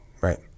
Right